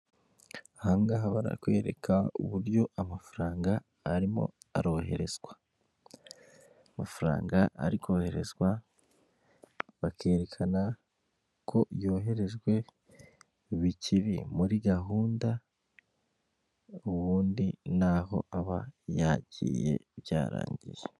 Aha ngaha barakwereka uburyo amafaranga arimo aroherezwa. Amafaranga ari koherezwa, bakerekana ko yoherejwe, bikiri muri gahunda ubundi n'aho aba yagiye byarangiye.